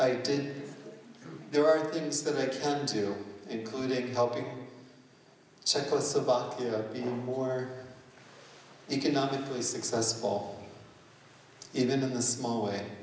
did there are things that i do including helping czechoslovakia being more economically successful even in the small way